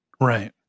Right